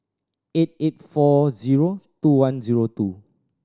eight eight four zero two one zero two